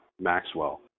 Maxwell